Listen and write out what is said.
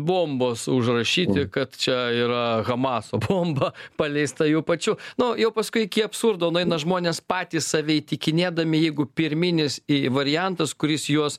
bombos užrašyti kad čia yra hamaso bomba paleista jų pačių nu jau paskui iki absurdo nueina žmonės patys save įtikinėdami jeigu pirminis variantas kuris juos